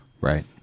right